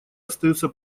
остаются